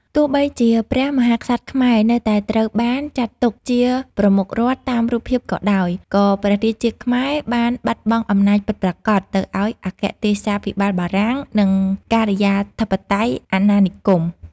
ទោះបីជាព្រះមហាក្សត្រខ្មែរនៅតែត្រូវបានចាត់ទុកជាប្រមុខរដ្ឋតាមរូបភាពក៏ដោយ ក៏ព្រះរាជាខ្មែរបានបាត់បង់អំណាចពិតប្រាកដទៅឱ្យអគ្គទេសាភិបាលបារាំង និងការិយាធិបតេយ្យអាណានិគម។